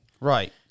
Right